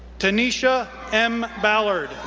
tynisha m. ballard,